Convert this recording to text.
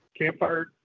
campfire